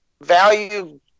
value